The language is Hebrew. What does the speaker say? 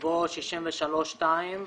בא "63.2%"